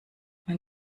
wenn